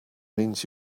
means